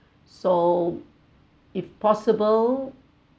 so if possible